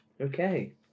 okay